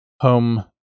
home